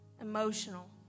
Emotional